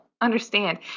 understand